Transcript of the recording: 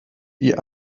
die